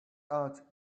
out